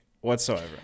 whatsoever